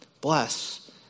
Bless